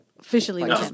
Officially